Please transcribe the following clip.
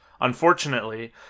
Unfortunately